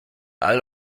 all